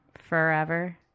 Forever